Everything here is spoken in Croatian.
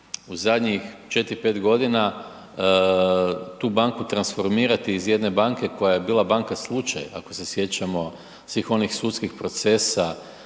u zadnjih 4,5 godina tu banku transformirati iz jedne banke koja je bila banka slučaj ako se sjećamo svih onih sudskih procesa